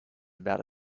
about